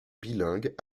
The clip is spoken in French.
bilingue